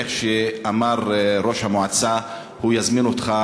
כמו שאמר יושב-ראש המועצה, הוא יזמין אותך